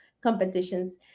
competitions